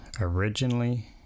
originally